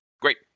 Great